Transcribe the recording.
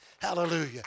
Hallelujah